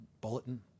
bulletin